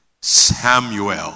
Samuel